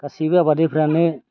गासैबो आबादिफ्रानो